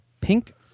Pink